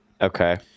Okay